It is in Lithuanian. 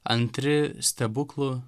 antri stebuklų